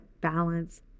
balance